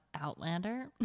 Outlander